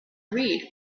read